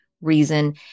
reason